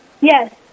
Yes